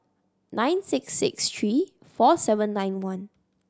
nine six six three four seven nine one